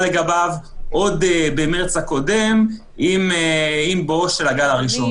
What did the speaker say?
עוד במרץ הקודם עם בואו של הגל הראשון.